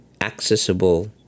accessible